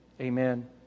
Amen